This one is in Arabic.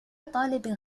طالب